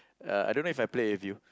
uh I don't know if I played with you